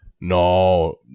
no